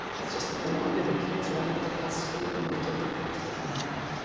it's just that the longer the kids are out of your custody, the more difficult it can become.